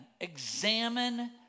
Examine